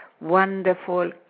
wonderful